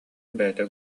бэйэтэ